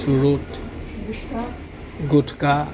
চুৰুট gutkha